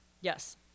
Yes